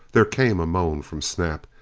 there came a moan from snap.